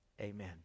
Amen